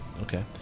Okay